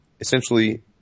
essentially